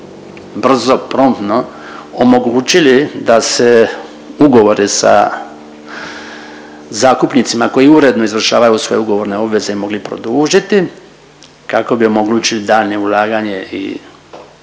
brzo, promptno omogućili da se ugovori sa zakupnicima koji uredno izvršavaju svoje ugovorne obveze mogli produžiti, kako bi omogućili daljnje ulaganje i